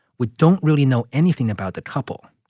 we don't really know anything about the couple.